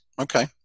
Okay